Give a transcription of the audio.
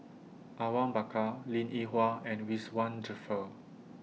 Awang Bakar Linn in Hua and Ridzwan Dzafir